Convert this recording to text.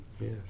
Yes